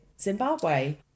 Zimbabwe